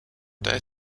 their